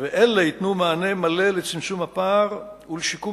שייתנו מענה מלא לצמצום הפער ולשיקום